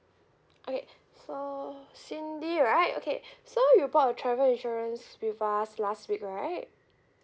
okay so cindy right okay so you bought a travel insurance with us last week right